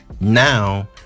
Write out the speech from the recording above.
now